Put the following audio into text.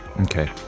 Okay